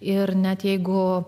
ir net jeigu